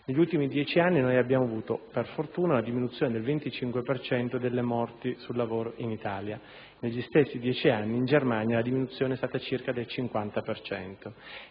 negli ultimi dieci anni abbiamo avuto, per fortuna, una diminuzione del 25 per cento delle morti sul lavoro in Italia; negli stessi dieci anni, in Germania la diminuzione è stata circa del 50